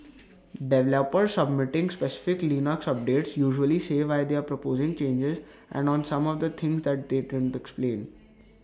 developers submitting specific Linux updates usually say why they're proposing changes and on some of the things they didn't explain